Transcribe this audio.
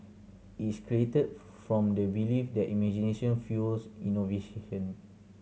is created from the belief that imagination fuels